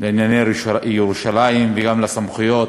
לענייני ירושלים, וגם הסמכויות